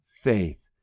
faith